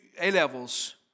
A-levels